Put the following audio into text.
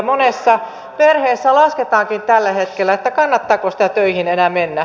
monessa perheessä lasketaankin tällä hetkellä kannattaako sitä töihin enää mennä